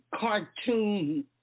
cartoon